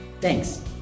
Thanks